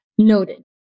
Noted